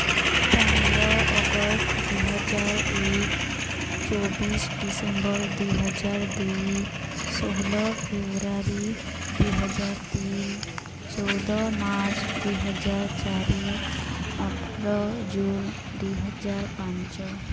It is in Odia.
ପନ୍ଦର ଅଗଷ୍ଟ ଦୁଇହଜାର ଏକ ଚବିଶି ଡିସେମ୍ବର ଦୁଇହଜାର ଦୁଇ ଷୋହଳ ଫେବୃଆରୀ ଦୁଇହଜାର ତିନି ଚଉଦ ମାର୍ଚ୍ଚ ଦୁଇହଜାର ଚାରି ଅଠର ଜୁନ ଦୁଇହଜାର ପାଞ୍ଚ